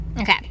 Okay